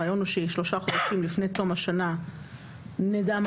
הרעיון הוא ששלושה חודשה לפני תום השנה נדע מה